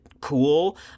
cool